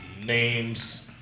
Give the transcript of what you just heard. Names